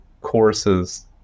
courses